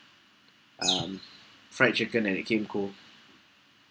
um fried chicken and it came cold